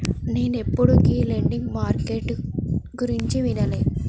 నేనెప్పుడు ఈ lending market గురించి వినలే